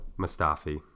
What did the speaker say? Mustafi